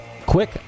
quick